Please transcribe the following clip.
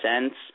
cents